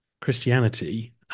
Christianity